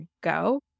go